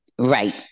Right